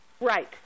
Right